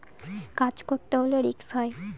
কাজ করতে হলে রিস্ক হয়